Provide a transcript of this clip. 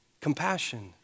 compassion